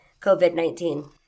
COVID-19